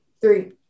three